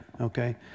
Okay